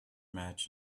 match